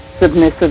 submissive